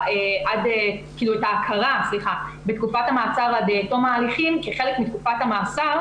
את ההכרה בתקופת המעצר עד תום ההליכים כחלק מתקופת המאסר,